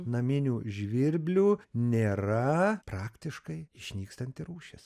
naminių žvirblių nėra praktiškai išnykstanti rūšis